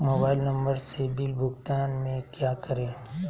Mobile number से bill भुगतान में क्या करें?